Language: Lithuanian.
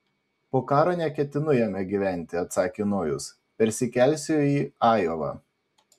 po karo neketinu jame gyventi atsakė nojus persikelsiu į ajovą